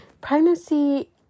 Pregnancy